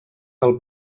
del